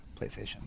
PlayStation